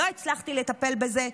לא הצלחתי לטפל בזה,